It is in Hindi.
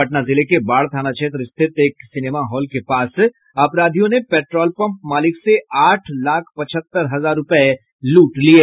पटना जिले के बाढ़ थाना क्षेत्र स्थित एक सिनेमा हॉल के पास अपराधियों ने पेट्रोल पम्प मालिक से आठ आख पचहत्तर हजार रूपये लूट लिये